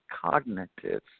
cognitive